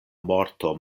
morto